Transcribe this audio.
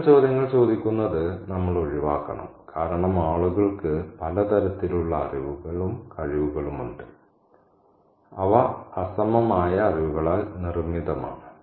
അത്തരം ചോദ്യങ്ങൾ ചോദിക്കുന്നത് നമ്മൾ ഒഴിവാക്കണം കാരണം ആളുകൾക്ക് പല തരത്തിലുള്ള അറിവുകൾ കഴിവുകളുണ്ട് അവ അസമമായ അറിവുകളാൽ നിർമ്മിതമാണ്